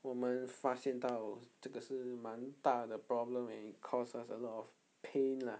我们发现到这个是蛮大的 problem and caused a lot of pain lah